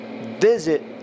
visit